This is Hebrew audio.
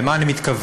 למה אני מתכוון?